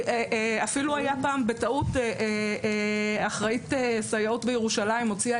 פעם אפילו אחראית סייעות בירושלים הוציאה